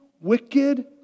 wicked